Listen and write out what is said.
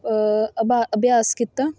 ਅਭਾ ਅਭਿਆਸ ਕੀਤਾ